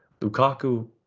Lukaku